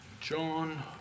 John